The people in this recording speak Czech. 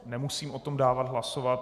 Nemusím o tom dávat hlasovat.